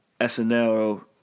SNL